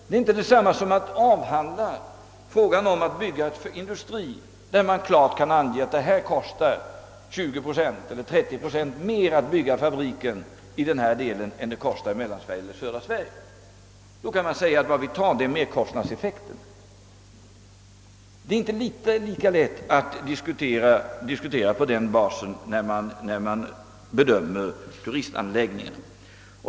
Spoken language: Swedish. Den kan inte avhandlas på samma sätt som när det gäller att bygga en industri — då kan man klart ange att det kostar 20 eller 30 procent mer att bygga fabriken i norra delen av Sverige än att bygga den i Mellansverige eller i södra Sverige. Vad man tar hänsyn till i ett sådant fall är alltså merkostnadseffekten. Men det är inte lika lätt att diskutera frågan på denna bas när det gäller turistanläggningar.